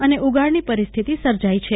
અને ઉઘાડની પરિસ્થિત સર્જાઈ છે